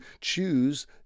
choose